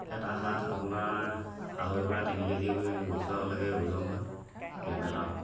এটা হাঁহ আপোনাৰ আঢ়ৈ পৰা তিনি কেজি ওচবলৈকে ওজন হয় কেম্বেল হাঁহটো